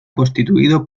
constituido